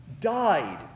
died